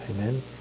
Amen